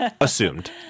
assumed